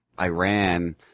Iran